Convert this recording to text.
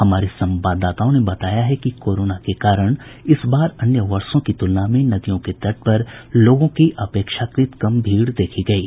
हमारे संवाददाताओं ने बताया है कि कोरोना के कारण इस बार अन्य वर्षो की तुलना में नदियों के तट पर लोगों की अपेक्षाकृत कम भीड़ देखी गयी